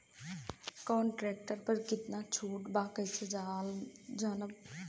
कवना ट्रेक्टर पर कितना छूट बा कैसे जानब?